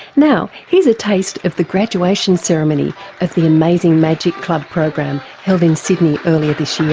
now here's a taste of the graduation ceremony of the amazing magic club program held in sydney earlier this year.